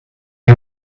you